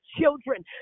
children